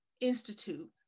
institute